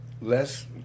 less